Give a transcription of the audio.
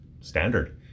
standard